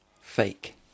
Fake